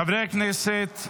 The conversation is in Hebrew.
חברי הכנסת,